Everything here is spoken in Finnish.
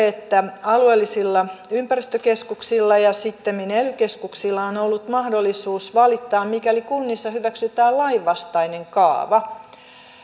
että alueellisilla ympäristökeskuksilla ja sittemmin ely keskuksilla on ollut mahdollisuus valittaa mikäli kunnissa hyväksytään lainvastainen kaava